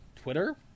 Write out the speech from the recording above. Twitter